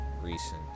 recent